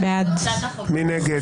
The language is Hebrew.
מי נגד?